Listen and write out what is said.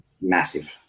massive